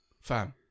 fam